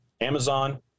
Amazon